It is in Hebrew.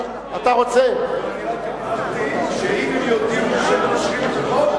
אני רק אמרתי שאם הם יודיעו שהם מאשרים את החוק,